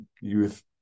youth